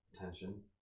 attention